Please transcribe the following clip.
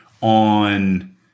on